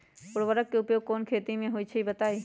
उर्वरक के उपयोग कौन कौन खेती मे होई छई बताई?